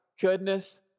goodness